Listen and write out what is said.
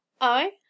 I